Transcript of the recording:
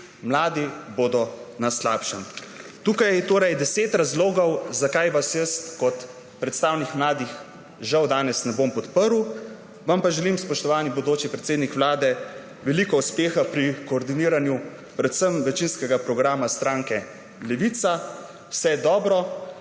mladi na slabšem. Tukaj je torej 10 razlogov, zakaj vas jaz kot predstavnik mladih žal danes ne bom podprl. Vam pa želim, spoštovani bodoči predsednik Vlade, veliko uspeha pri koordiniranju predvsem večinskega programa stranke Levica. Vse dobro,